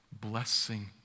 blessing